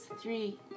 three